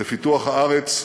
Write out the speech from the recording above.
בפיתוח הארץ,